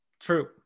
True